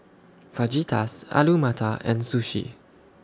Fajitas Alu Matar and Sushi